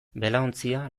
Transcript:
belaontzia